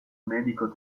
medico